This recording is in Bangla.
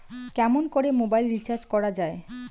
কেমন করে মোবাইল রিচার্জ করা য়ায়?